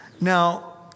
Now